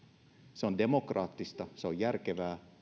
se on demokraattista se on järkevää